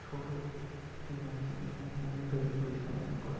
ছোটো একটি মূর্তির মুখমন্ডল তৈরি করেছিলাম একবার